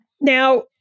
now